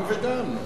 גם וגם.